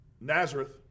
Nazareth